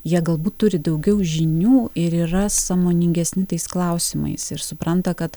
jie galbūt turi daugiau žinių ir yra sąmoningesni tais klausimais ir supranta kad